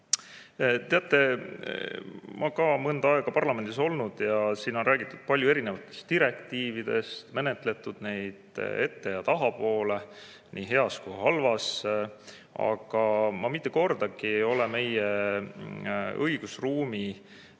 Teate, ma olen ka mõnda aega parlamendis olnud ja siin on räägitud palju erinevatest direktiividest, menetletud neid ette‑ ja tahapoole, nii heas kui halvas, aga ma mitte kordagi ei ole meie õigusruumi